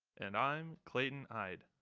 and i'm clayton ide